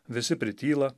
visi prityla